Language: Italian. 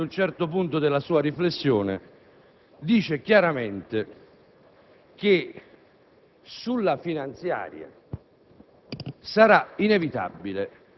Il Ministro, ad un certo punto della sua riflessione, dice chiaramente che sarà inevitabile